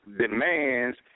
demands